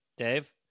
Dave